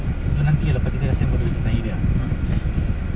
ke nanti lepas kita send kita tanya dia